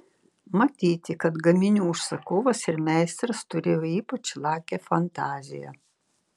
matyti kad gaminių užsakovas ir meistras turėjo ypač lakią fantaziją